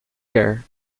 quer